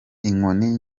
inkoni